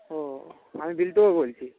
ও আমি বিল্টুবাবু বলছি